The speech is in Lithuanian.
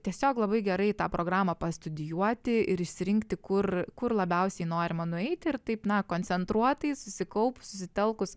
tiesiog labai gerai tą programą pastudijuoti ir išsirinkti kur kur labiausiai norima nueiti ir taip na koncentruotai susikaupus susitelkus